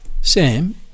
Sam